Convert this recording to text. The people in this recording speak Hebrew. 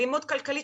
אלימות כלכלית,